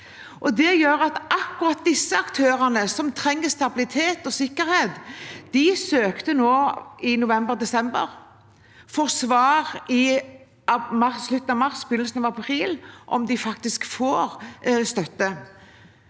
Det gjør at akkurat disse aktørene, som trenger stabilitet og sikkerhet, søkte nå i november–desember og får svar i slutten av mars og begynnelsen av april på om de faktisk får støtte.